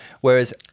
Whereas